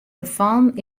gefallen